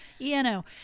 ENO